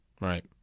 Right